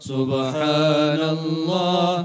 Subhanallah